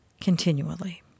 continually